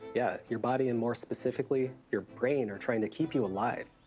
yeah. your body, and more specifically, your brain are trying to keep you alive.